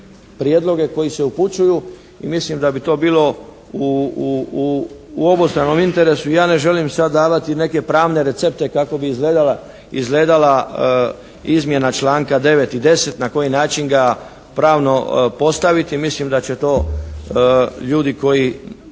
prijedloge koji se upućuju. I mislim da bi to bilo u obostranom interesu. Ja ne želim sad davati neke pravne recepte kako bi izgledala izmjena članka 9. i 10., na koji način ga pravno postaviti? Mislim da će to ljudi koji